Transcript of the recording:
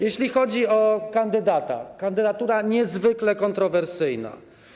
Jeśli chodzi o kandydata - to kandydatura niezwykle kontrowersyjna.